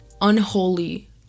Unholy